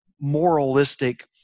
moralistic